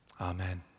Amen